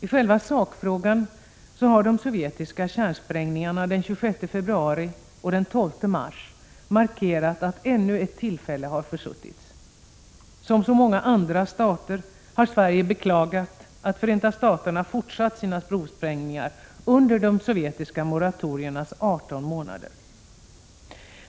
I själva sakfrågan har de sovjetiska kärnsprängningarna den 26 februari och den 12 mars markerat att ännu ett tillfälle har försuttits. Som så många andra stater har Sverige beklagat att Förenta Staterna fortsatt sina provsprängningar under de sovjetiska moratoriernas 18 månader.